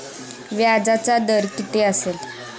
व्याजाचा दर किती असेल?